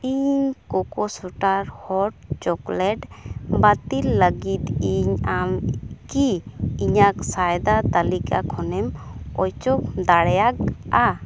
ᱤᱧ ᱠᱳᱠᱳᱥᱩᱛᱨᱚ hot chocolate ᱵᱟᱹᱛᱤᱞ ᱞᱟᱹᱜᱤᱫ ᱤᱧ ᱟᱢᱠᱤ ᱤᱧᱟᱹᱜ ᱥᱚᱭᱫᱟ ᱛᱟᱹᱞᱤᱠᱟ ᱠᱷᱚᱱᱮᱢ ᱚᱪᱚᱜ ᱫᱟᱲᱮᱭᱟᱜᱼᱟ